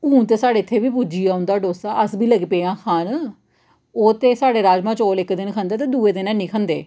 ओह् लोक इ'यै जेहा नेईं खंदे ओह् इन्ना साफ सुथरा खाना खंदे डोसा